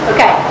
Okay